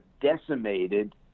decimated